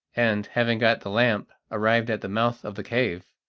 and, having got the lamp, arrived at the mouth of the cave.